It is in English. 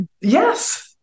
Yes